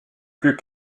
plus